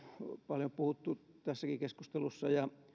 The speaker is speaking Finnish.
paljon puhuttu tässäkin keskustelussa ja